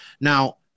Now